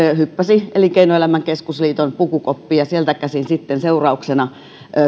hyppäsi elinkeinoelämän keskusliiton pukukoppiin ja sieltä käsin sitten seurauksena